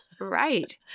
Right